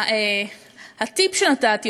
הטיפ שנתתי,